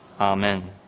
Amen